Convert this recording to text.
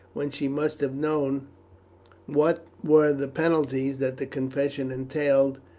when she must have known what were the penalties that the confession entailed,